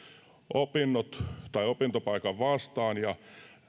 opintopaikan vastaan ja